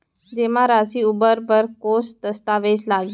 जेमा राशि उबार बर कोस दस्तावेज़ लागही?